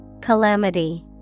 Calamity